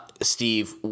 Steve